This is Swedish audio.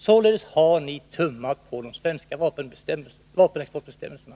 Således har ni — tydligt och klart — tummat på de svenska vapenexportbestämmelserna.